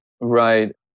Right